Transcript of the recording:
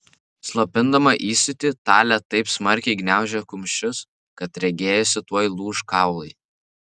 slopindama įsiūtį talė taip smarkiai gniaužė kumščius kad regėjosi tuoj lūš kaulai